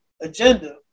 agenda